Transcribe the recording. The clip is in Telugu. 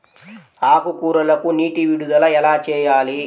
ఆకుకూరలకు నీటి విడుదల ఎలా చేయాలి?